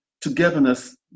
togetherness